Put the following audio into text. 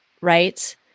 right